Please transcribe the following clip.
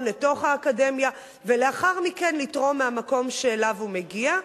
לתוך האקדמיה ולאחר מכן לתרום מהמקום שאליו הוא הגיע,